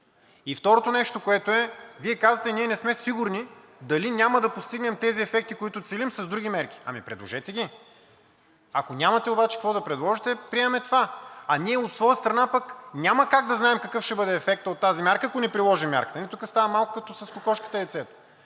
Второто нещо, което е, Вие казахте – не сме сигурни дали няма да постигнем тези ефекти, които целим с други мерки. Ами предложете ги! Ако нямате обаче какво да предложите, приемаме това, а ние от своя страна пък няма как да знаем какъв ще бъде ефектът от тази мярка, ако не приложим мярката. Тук става малко като с кокошката и яйцето.